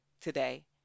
today